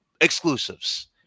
exclusives